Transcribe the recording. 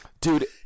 dude